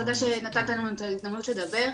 תודה שנתתם לי את ההזדמנות לדבר.